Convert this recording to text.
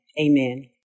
amen